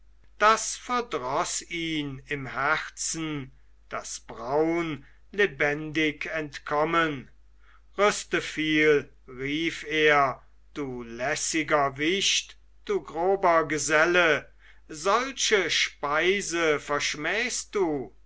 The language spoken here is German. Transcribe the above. das verdroß ihm im herzen daß braun lebendig entkommen rüsteviel rief er du lässiger wicht du grober geselle solche speise verschmähst du